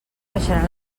baixaran